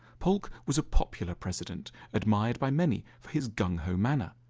polk was a popular president, admired by many for his gung-ho manner,